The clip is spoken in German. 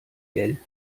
gell